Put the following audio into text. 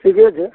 ठीके छै